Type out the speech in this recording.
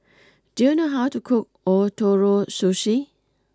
do you know how to cook Ootoro Sushi